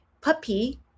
puppy